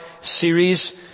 series